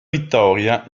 vittoria